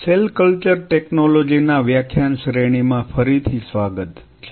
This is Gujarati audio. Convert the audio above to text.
સેલ કલ્ચર ટેકનોલોજી ના વ્યાખ્યાન શ્રેણીમાં ફરી થી સ્વાગત છે